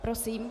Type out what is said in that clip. Prosím.